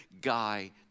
guy